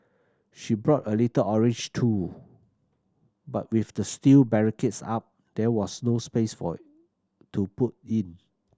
she brought a little orange tool but with the steel barricades up there was no space for to put it